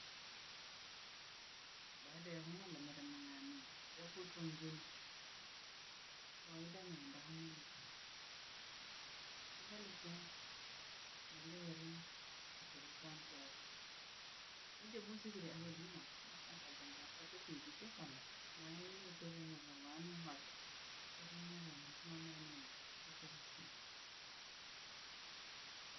Baada yo humula marimo yaane, yo kutwa nzima, kawaida neende humuluka, ivaluke, nalile kakuluka ntwale ntitete, njovuusika ja nasaka janagaa kutifijishe koora, tivii, nije mpate viiji vyaboha vyahola, kwa kila siku.